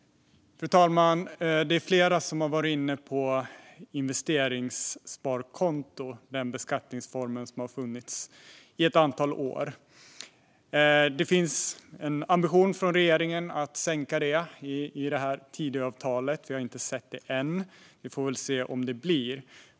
Fru talman! Flera har talat om investeringssparkontot, en beskattningsform som har funnits i ett antal år. Enligt Tidöavtalet finns det en ambition från regeringen att sänka den skatten. Vi har inte sett det än. Vi får väl se om det blir av.